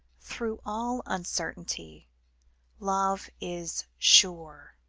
through all uncertainty love is sure.